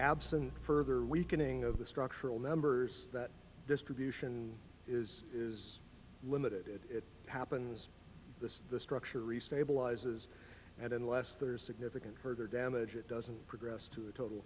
absent further weakening of the structural members that distribution is is limited it happens the structure restabilize is and unless there is significant further damage it doesn't progress to a total